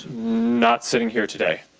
not sitting here today.